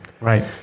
Right